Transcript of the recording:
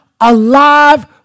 Alive